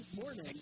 morning